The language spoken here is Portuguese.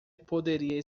poderia